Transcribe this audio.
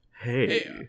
Hey